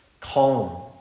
calm